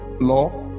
law